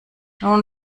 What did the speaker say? nun